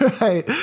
Right